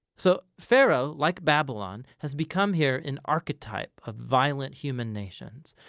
so pharaoh, like babylon, has become here an archetype of violent human nations.